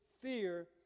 fear